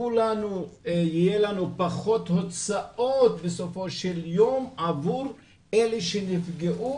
כולנו יהיו לנו פחות הוצאות בסופו של יום עבור אלה שנפגעו